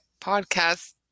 podcast